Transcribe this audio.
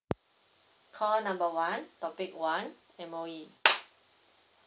call number one topic one M_O_E